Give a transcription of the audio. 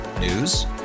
News